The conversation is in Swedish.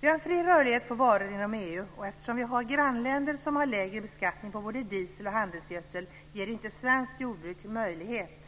Vi har fri rörlighet för varor inom EU, och eftersom vi har grannländer med lägre beskattning både på diesel och på handelsgödsel har svenskt jordbruk inte möjlighet